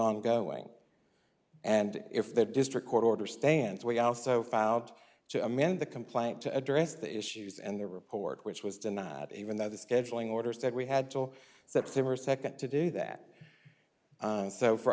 ongoing and if the district court order stands we also filed to amend the complaint to address the issues and the report which was denied even though the scheduling orders that we had till september second to do that and so for